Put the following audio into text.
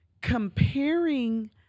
comparing